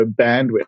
bandwidth